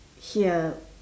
here